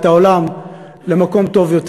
את העולם למקום טוב יותר.